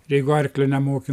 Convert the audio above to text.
jeigu arklio nemoki